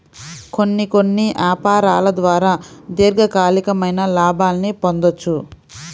కొన్ని కొన్ని యాపారాల ద్వారా దీర్ఘకాలికమైన లాభాల్ని పొందొచ్చు